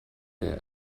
der